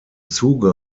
zuge